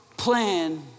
plan